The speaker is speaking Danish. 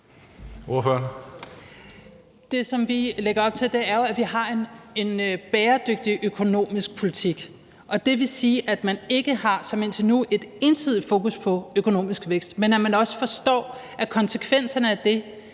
Det, som vi lægger op til, er jo, at vi har en bæredygtig økonomisk politik. Og det vil sige, at man ikke har – som indtil nu – et ensidigt fokus på økonomisk vækst, men at man også forstår, at konsekvenserne af det